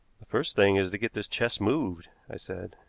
the first thing is to get this chest moved, i said.